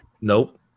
Nope